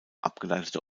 abgeleitete